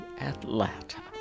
Atlanta